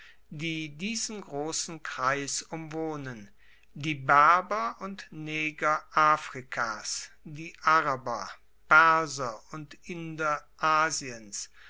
die diesen grossen kreis umwohnen die berber und neger afrikas die araber perser und inder asiens